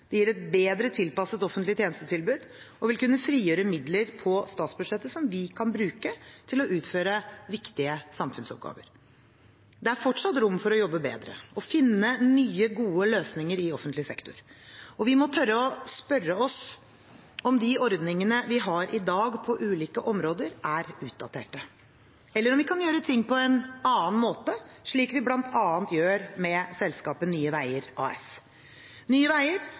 de gir et bedre tilpasset offentlig tjenestetilbud og vil kunne frigjøre midler på statsbudsjettet som vi kan bruke til å utføre viktige samfunnsoppgaver. Det er fortsatt rom for å jobbe bedre og finne nye, gode løsninger i offentlig sektor. Vi må tørre å spørre oss om de ordningene vi har i dag på ulike områder, er utdaterte, eller om vi kan gjøre ting på en annen måte, slik vi bl.a. gjør med selskapet Nye Veier AS. Nye Veier